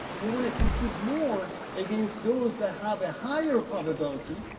you want to compete more against those that have a higher probability